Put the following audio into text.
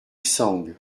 xang